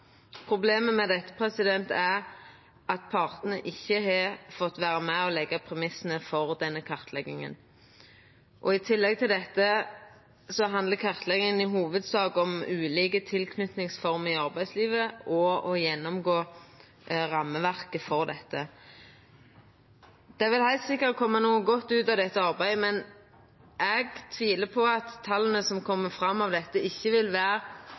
Problemet med dette er at partane ikkje har fått vera med og leggja premissane for denne kartlegginga. I tillegg til dette handlar kartlegginga i hovudsak om ulike tilknytingsformer i arbeidslivet og om å gjennomgå rammeverket for dette. Det vil heilt sikkert koma noko godt ut av dette arbeidet, men eg tviler på at tala som kjem fram,